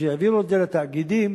וכשהעבירו את זה לתאגידים,